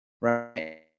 Right